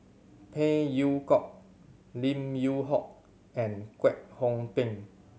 Phey Yew Kok Lim Yew Hock and Kwek Hong Png